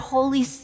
Holy